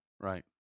Right